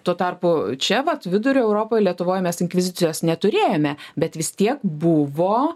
tuo tarpu čia vat vidurio europoj lietuvoj mes inkvizicijos neturėjome bet vis tiek buvo